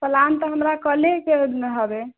plan तऽ हमरा कलेके हबे